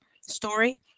story